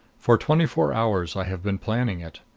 for twenty-four hours i have been planning it.